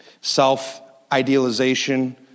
self-idealization